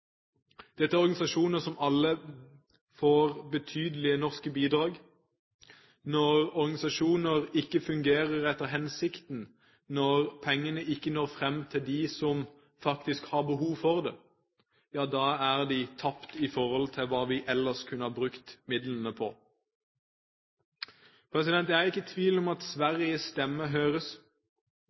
Dette er organisasjoner som alle får betydelige norske bidrag. Når organisasjoner ikke fungerer etter hensikten, når pengene ikke når fram til dem som faktisk har behov for dem, ja da er de tapt i forhold til hva vi ellers kunne ha brukt midlene på. Jeg er ikke i tvil om at Sveriges stemme høres.